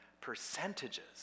percentages